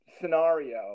scenario